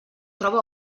troba